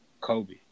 Kobe